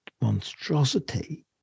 monstrosity